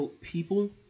people